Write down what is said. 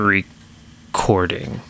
Recording